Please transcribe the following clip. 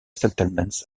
settlements